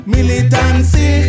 Militancy